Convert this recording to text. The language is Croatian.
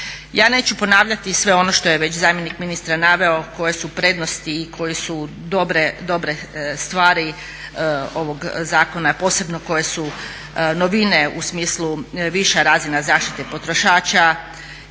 Ja neću ponavljati sve ono što je već zamjenik ministra naveo koje su prednosti i koje su dobre stvari ovog zakona, posebno koje su novine u smislu viša razina zaštite potrošača,